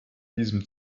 diesem